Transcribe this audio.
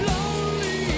Lonely